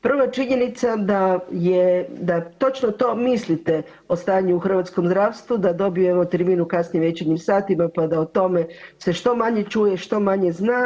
Prva činjenica da je, da točno to mislite o stanju u hrvatskom zdravstvu da dobijemo termin u kasnim večernjim satima pa da o tome se što manje čuje, što manje zna.